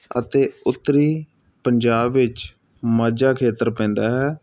ਅਤੇ ਉੱਤਰੀ ਪੰਜਾਬ ਵਿੱਚ ਮਾਝਾ ਖੇਤਰ ਪੈਂਦਾ ਹੈ